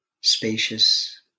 spacious